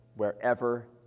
wherever